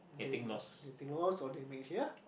then they think lost or they may fear